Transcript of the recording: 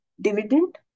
dividend